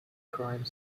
crime